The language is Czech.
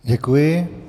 Děkuji.